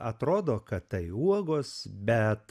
atrodo kad tai uogos bet